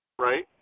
right